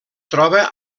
troba